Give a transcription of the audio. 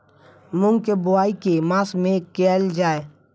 मूँग केँ बोवाई केँ मास मे कैल जाएँ छैय?